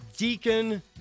Deacon